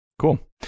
cool